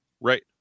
Right